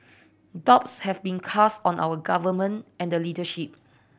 doubts have been cast on our Government and the leadership